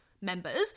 members